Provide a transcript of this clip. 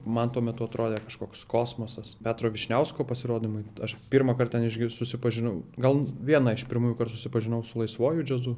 man tuo metu atrodė kažkoks kosmosas petro vyšniausko pasirodymai aš pirmą kartą ten išgir susipažinau gal vieną iš pirmųjų kar susipažinau su laisvuoju džiazu